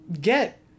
get